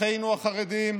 אחינו החרדים,